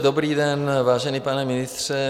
Dobrý den, vážený pane ministře.